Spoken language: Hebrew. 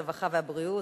הרווחה והבריאות,